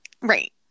right